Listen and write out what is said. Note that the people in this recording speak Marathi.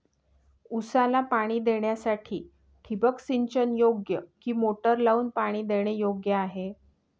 ऊसाला पाणी देण्यासाठी ठिबक सिंचन योग्य कि मोटर लावून पाणी देणे योग्य आहे?